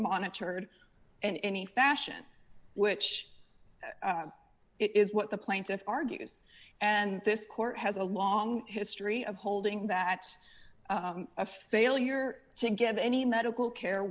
monitored and any fashion which is what the plaintiff argues and this court has a long history of holding that a failure to get any medical care